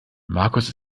markus